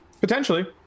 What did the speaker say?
Potentially